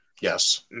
Yes